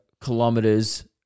kilometers